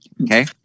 okay